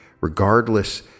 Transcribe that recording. regardless